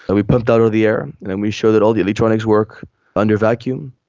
and we pumped out all the air and and we showed that all the electronics work under vacuum.